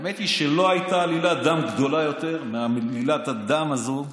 האמת היא שלא הייתה עלילת דם גדולה יותר מעלילת הדם הזאת,